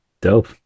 Dope